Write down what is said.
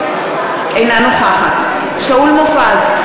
אינה נוכחת שאול מופז,